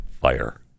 fire